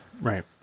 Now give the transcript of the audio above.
Right